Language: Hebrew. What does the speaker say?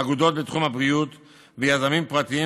אגודות בתחום הבריאות ויזמים פרטיים,